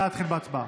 נא להתחיל בהצבעה.